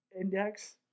index